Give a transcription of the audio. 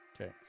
Okay